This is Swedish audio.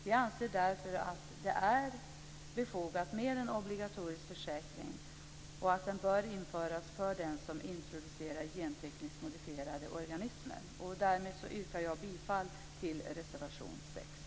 Vi anser därför att det är befogat med en obligatorisk försäkring och att den bör införas för den som introducerar gentekniskt modifierade organismer. Därmed yrkar jag bifall till reservation 6.